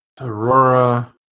Aurora